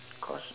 cause